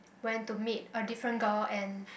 went to meet a different girl and